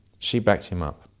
she backed him up.